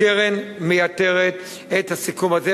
הקרן מייתרת את הסיכום הזה,